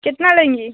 कितना लेंगी